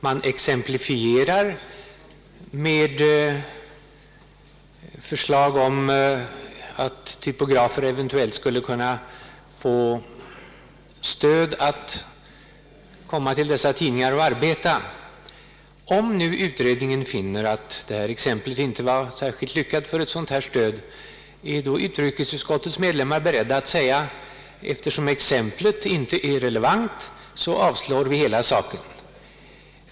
Man exemplifierar med ett förslag om att typografer eventuellt skulle kunna få stöd för att komma till dessa tidningar och arbeta. Om nu utredningen finner, att det exemplet inte var särskilt lyckat som motiv för ett sådant stöd, är då utrikesutskottets medlemmar beredda att säga att eftersom exemplet inte är relevant, avskriver vi hela saken?